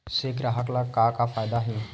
से ग्राहक ला का फ़ायदा हे?